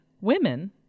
women